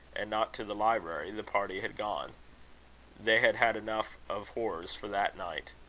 and not to the library, the party had gone they had had enough of horrors for that night.